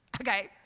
Okay